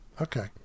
Okay